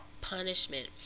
punishment